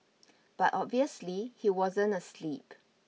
but obviously he wasn't asleep